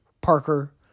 Parker